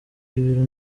ibiro